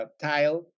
tile